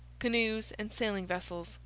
canoes, and sailing vessels,